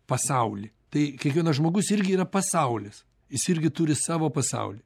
pasauly tai kiekvienas žmogus irgi yra pasaulis jis irgi turi savo pasaulį